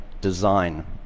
design